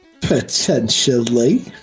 Potentially